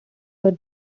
were